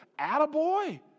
attaboy